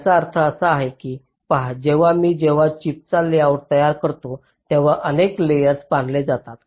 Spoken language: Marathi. याचा अर्थ काय आहे ते पहा जेव्हा मी जेव्हा चिपचा लेआउट तयार करतो तेथे अनेक लेयर्स बांधले जातात